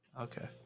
Okay